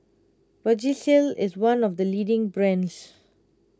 Vagisil is one of the leading brands